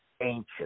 ancient